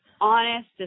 honest